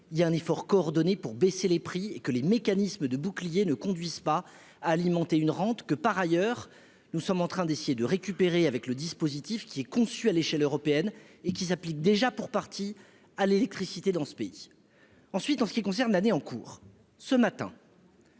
il y a un effort coordonné pour baisser les prix et que les mécanismes de bouclier ne conduisent pas alimenter une rente que par ailleurs nous sommes en train d'essayer de récupérer avec le dispositif qui est conçu à l'échelle européenne, et qui s'applique déjà pour partie à l'électricité dans ce pays, ensuite, en ce qui concerne l'année en cours ce matin.